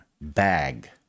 bag